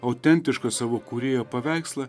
autentišką savo kūrėjo paveikslą